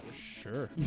Sure